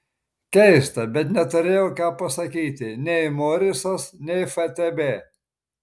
keista bet neturėjo ką pasakyti nei morisas nei ftb